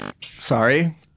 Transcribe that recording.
Sorry